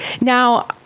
Now